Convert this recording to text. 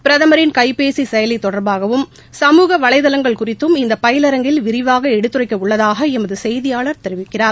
பிரதமரின் கைபேசிசெயலிதொடர்பாகவும் சமூக வலைதளங்கள் குறித்தும் இந்தபயிலரங்கில் விரிவாகஎடுத்துரைக்கஉள்ளதாகளமதுசெய்தியாளர் தெரிவிக்கிறார்